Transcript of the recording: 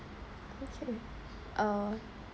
okay uh